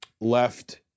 left